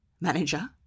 manager